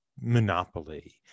monopoly